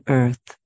earth